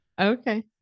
okay